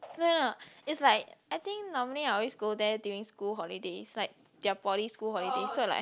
no no no it's like I think normally I always go there during school holidays like their poly school holidays so like